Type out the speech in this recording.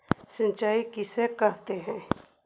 सिंचाई किसे कहते हैं?